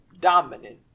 dominant